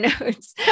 notes